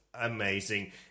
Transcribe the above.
Amazing